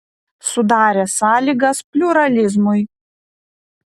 sudarė sąlygas pliuralizmui